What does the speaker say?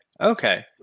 Okay